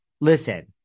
Listen